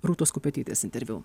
rūtos kupetytės interviu